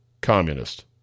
communist